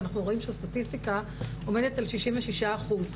ואנחנו רואים שהסטטיסטיקה עומדת על 66 אחוזים.